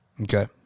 Okay